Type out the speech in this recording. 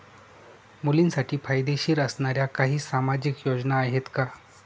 मुलींसाठी फायदेशीर असणाऱ्या काही सामाजिक योजना आहेत का?